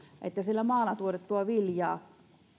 että siellä maalla tuotettua viljaa